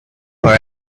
for